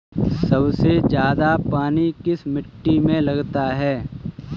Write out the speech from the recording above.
सबसे ज्यादा पानी किस मिट्टी में लगता है?